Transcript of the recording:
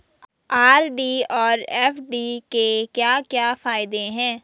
RD और FD के क्या क्या फायदे हैं?